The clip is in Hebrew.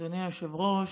אדוני היושב-ראש,